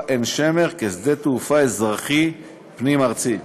עין-שמר כשדה-תעופה אזרחי פנים-ארצי.